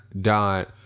dot